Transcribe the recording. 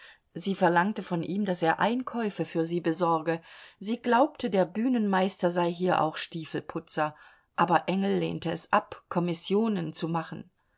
sie verlangte von ihm daß er einkäufe für sie besorge sie glaubte der bühnenmeister sei hier auch stiefelputzer aber engel lehnte es ab kommissionen zu machen